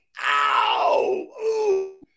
Ow